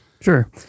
Sure